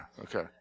okay